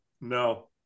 No